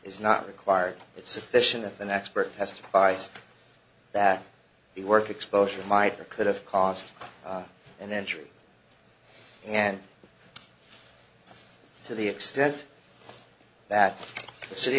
is not required it's sufficient if an expert testifies that the work exposure might or could have caused and injury and to the extent that the city